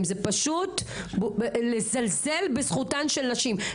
לי שבסופו של דבר זה ניתוח פרטי וכאן הבעיה.